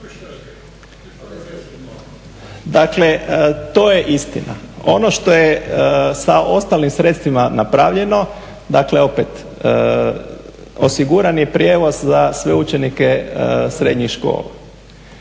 Dakle to je istina. Ono što je sa ostalim sredstvima napravljeno, dakle opet osiguran je prijevoz za sve učenike srednjih škola.